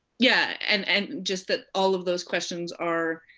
yeah, and and just that all of those questions are,